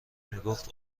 میگفت